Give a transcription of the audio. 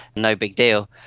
no big deal.